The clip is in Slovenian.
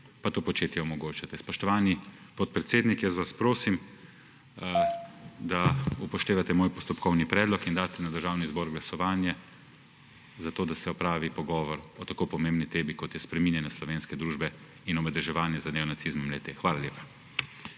pa to početje omogočate. Spoštovani podpredsednik, prosim vas, da upoštevate moj postopkovni predlog in daste na Državni zbor glasovanje o tem, da se opravi pogovor o tako pomembni temi, kot je spreminjanje slovenske družbe in omadeževanje le-te z neonacizmom. Hvala lepa.